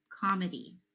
comedy